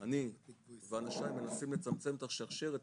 אני ואנשיי מנסים לצמצם את השרשרת,